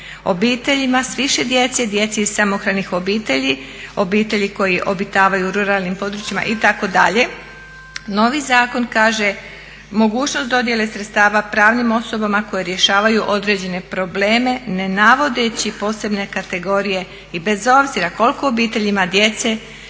obiteljima s više djece, djeci iz samohranih obitelji, obitelji koje obitavaju u ruralnim područjima itd. Novi zakon kaže mogućnost dodjele sredstava pravnim osobama koje rješavaju određene probleme ne navodeći posebne kategorije i bez obzira koliko obitelj ima djece